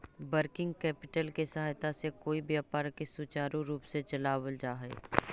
working capital के सहायता से कोई व्यापार के सुचारू रूप से चलावल जा हई